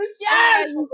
yes